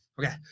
Okay